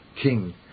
king